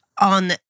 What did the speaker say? on